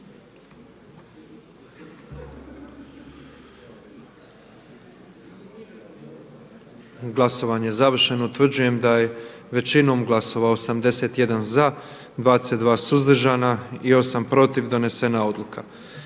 Glasovanje je završeno. Utvrđujem da je većinom glasova, 88 glasova za, 7 suzdržanih i 11 protiv donijeta odluka